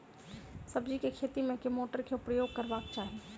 सब्जी केँ खेती मे केँ मोटर केँ प्रयोग करबाक चाहि?